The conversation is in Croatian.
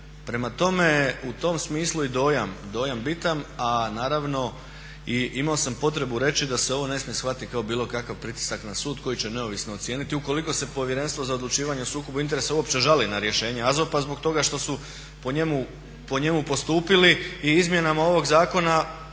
Prema tome, u tom smislu je i dojam bitan, a naravno i imao sam potrebu reći da se ovo ne smije shvatiti kao bilo kakav pritisak na sud koji će neovisno ocijeniti ukoliko se Povjerenstvo za odlučivanje o sukobu interesa uopće žali na rješenje AZOP-a zbog toga što su po njemu postupili i izmjenama ovog zakona